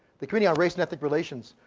the committee on race and ethnic relations,